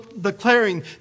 declaring